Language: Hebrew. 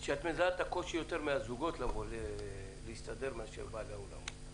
שאת מזהה יותר קושי מצד הזוגות לבוא ולהסתדר לעומת בעלי האולמות.